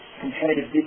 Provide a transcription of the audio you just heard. competitive